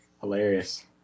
hilarious